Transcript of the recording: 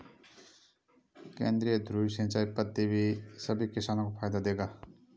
केंद्रीय धुरी सिंचाई पद्धति सभी किसानों को फायदा देगा